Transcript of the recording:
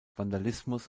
vandalismus